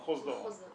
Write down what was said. מחוז דרום.